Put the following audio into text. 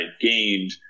gained